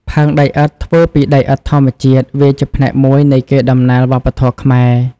ផើងដីឥដ្ឋធ្វើពីដីឥដ្ឋធម្មជាតិ វាជាផ្នែកមួយនៃកេរដំណែលវប្បធម៌ខ្មែរ។